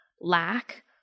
lack